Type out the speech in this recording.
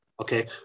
Okay